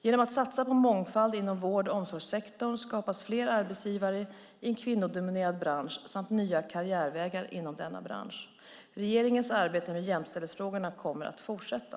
Genom att satsa på mångfald inom vård och omsorgssektorn skapas fler arbetsgivare i en kvinnodominerad bransch samt nya karriärvägar inom denna bransch. Regeringens arbete med jämställdhetsfrågorna kommer att fortsätta.